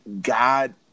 God